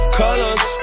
colors